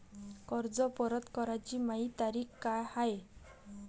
कर्ज परत कराची मायी तारीख का हाय?